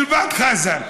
מלבד חזן.